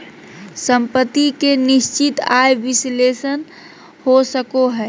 सम्पत्ति के निश्चित आय विश्लेषण हो सको हय